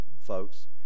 folks